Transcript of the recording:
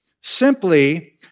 Simply